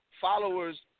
followers